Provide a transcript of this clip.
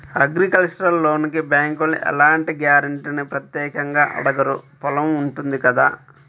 agricultural లోనుకి బ్యేంకులు ఎలాంటి గ్యారంటీనీ ప్రత్యేకంగా అడగరు పొలం ఉంటుంది కదా